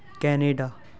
Canada